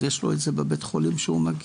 אז יש לו את זה בבית-החולים שהוא מגיע.